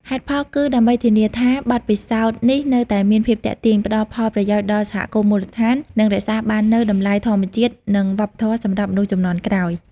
ហេតុផលគឺ ដើម្បីធានាថាបទពិសោធន៍នេះនៅតែមានភាពទាក់ទាញ ផ្ដល់ផលប្រយោជន៍ដល់សហគមន៍មូលដ្ឋាន និងរក្សាបាននូវតម្លៃធម្មជាតិនិងវប្បធម៌សម្រាប់មនុស្សជំនាន់ក្រោយ។